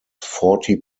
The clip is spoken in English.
forty